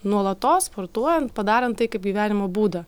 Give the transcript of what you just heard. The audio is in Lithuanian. nuolatos sportuojant padarant tai kaip gyvenimo būdą